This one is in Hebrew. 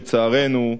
לצערנו,